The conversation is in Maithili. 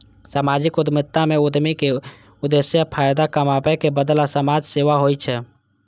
सामाजिक उद्यमिता मे उद्यमी के उद्देश्य फायदा कमाबै के बदला समाज सेवा होइ छै